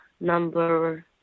Number